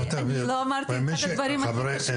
לא אמרתי את אחד הדברים הכי חשובים.